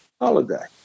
holiday